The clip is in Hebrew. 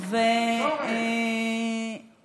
לא מאמינים לכם.